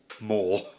more